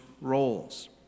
roles